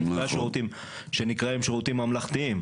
לפני השירותים שנקראים שירותים ממלכתיים.